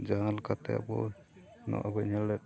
ᱡᱟᱦᱟᱸ ᱞᱮᱠᱟᱛᱮ ᱟᱵᱚ ᱱᱚᱣᱟ ᱟᱵᱚ ᱧᱮᱞᱮᱫ